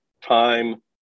time-